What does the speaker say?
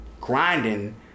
grinding